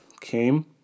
came